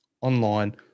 online